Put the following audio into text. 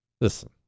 Listen